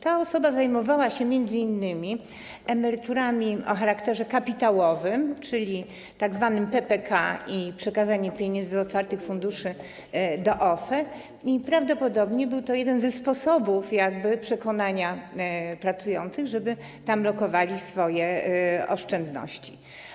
Ta osoba zajmowała się m.in. emeryturami o charakterze kapitałowym, czyli tzw. PPK, i przekazywaniem pieniędzy z otwartych funduszy, z OFE - prawdopodobnie był to jeden ze sposobów przekonywania pracujących, żeby tam lokowali swoje oszczędności.